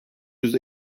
yüz